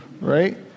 Right